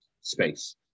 space